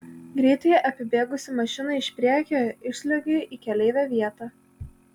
greitai apibėgusi mašiną iš priekio įsliuogiu į keleivio vietą